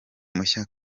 mushya